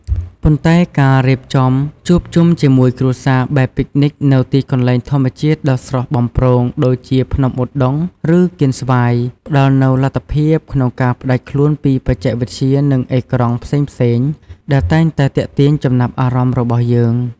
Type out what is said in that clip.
ប៉ុន្តែការរៀបចំជួបជុំជាមួយគ្រួសារបែបពិកនិចនៅទីកន្លែងធម្មជាតិដ៏ស្រស់បំព្រងដូចជាភ្នំឧដុង្គ ឬកៀនស្វាយ ផ្តល់នូវលទ្ធភាពក្នុងការផ្តាច់ខ្លួនពីបច្ចេកវិទ្យានិងអេក្រង់ផ្សេងៗដែលតែងតែទាក់ទាញចំណាប់អារម្មណ៍របស់យើង។